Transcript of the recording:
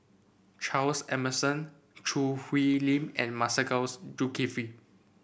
Charles Emmerson Choo Hwee Lim and Masagos Zulkifli